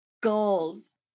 Goals